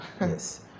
Yes